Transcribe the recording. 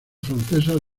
francesas